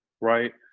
right